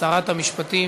שרת המשפטים